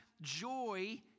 joy